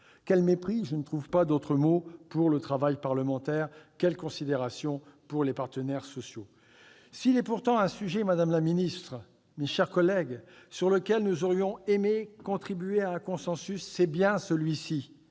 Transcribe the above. Quel mépris, je ne trouve pas d'autre mot, pour le travail parlementaire ! Quelle considération pour les partenaires sociaux ! S'il est pourtant un sujet, madame la ministre, mes chers collègues, sur lequel nous aurions aimé contribuer à un consensus, c'est bien celui-là.